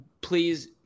please –